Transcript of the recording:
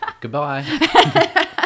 goodbye